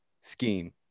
scheme